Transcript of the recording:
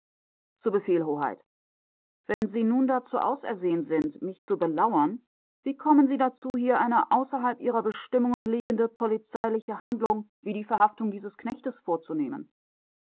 zu befehl hoheit wenn sie nun dazu ausersehen sind mich zu belauern wie kommen sie dazu hier eine außerhalb ihrer bestimmungen liegende polizeiliche handlung wie die verhaftung dieses knechtes vorzunehmen